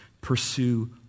pursue